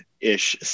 ish